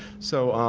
so